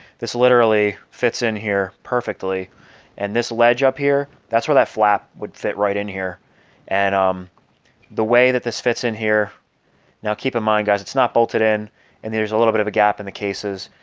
this literally fits in here perfectly and this ledge up here. that's where that flap would fit right in here and um the way that this fits in here now, keep in mind guys it's not bolted in and there's a little bit of a gap in the cases.